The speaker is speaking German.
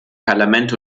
parlament